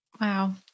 Wow